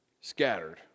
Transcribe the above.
Scattered